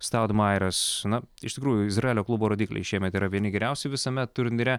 staudmairas na iš tikrųjų izraelio klubo rodikliai šiemet yra vieni geriausių visame turnyre